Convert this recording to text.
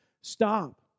stop